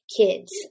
kids